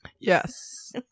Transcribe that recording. yes